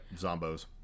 zombos